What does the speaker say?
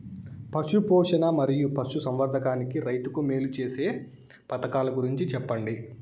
పశు పోషణ మరియు పశు సంవర్థకానికి రైతుకు మేలు సేసే పథకాలు గురించి చెప్పండి?